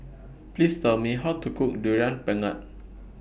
Please Tell Me How to Cook Durian Pengat